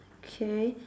K